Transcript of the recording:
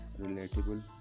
relatable